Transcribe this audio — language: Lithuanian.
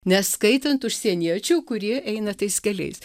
neskaitant užsieniečių kurie eina tais keliais